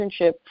internship